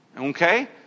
Okay